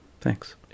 thanks